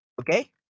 okay